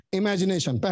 imagination